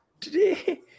today